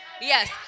Yes